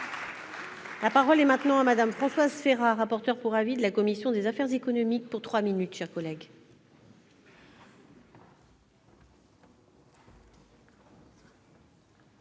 La parole est maintenant à Madame Françoise Férat, rapport. Alors pour avis de la commission des affaires économiques pour 3 minutes chers collègues.